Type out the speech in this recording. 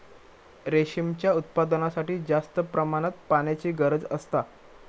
रेशीमच्या उत्पादनासाठी जास्त प्रमाणात पाण्याची गरज असता